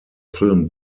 film